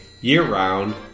year-round